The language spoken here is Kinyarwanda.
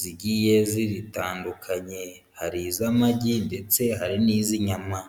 zigiye ziritandukanye, hari iz'amagi, ndetse hari n'iz'inyama.